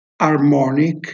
Harmonic